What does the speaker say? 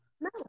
No